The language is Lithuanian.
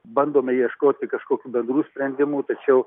bandome ieškoti kažkokių bendrų sprendimų tačiau